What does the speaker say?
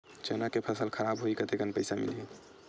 चना के फसल खराब होही कतेकन पईसा मिलही?